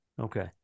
okay